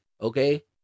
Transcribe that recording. Okay